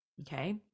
okay